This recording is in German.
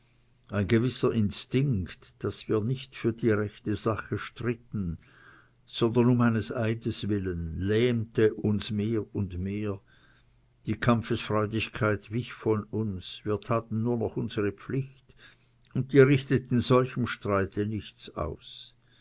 ein gewisser instinkt daß wir nicht für die rechte sache stritten sondern um eines eides willen lähmte uns mehr und mehr die kampfesfreudigkeit wich von uns wir taten nur noch unsere pflicht und die richtet in solchem streite nichts aus